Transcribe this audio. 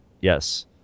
Yes